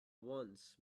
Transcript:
once